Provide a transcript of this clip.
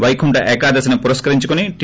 పైకుంఠ ఏకాదశిని పురస్కరించుకుని టీ